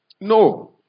no